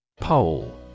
Pole